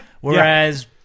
whereas